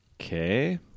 Okay